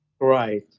right